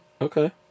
okay